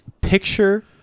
Picture